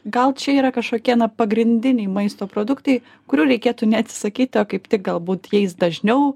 gal čia yra kažkokie pagrindiniai maisto produktai kurių reikėtų ne atsisakyti o kaip tik galbūt jais dažniau